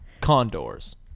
condors